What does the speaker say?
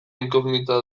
inkognita